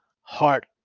heart